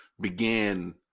began